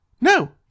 no